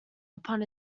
upon